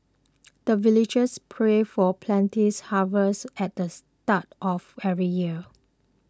the villagers pray for plenty's harvest at the start of every year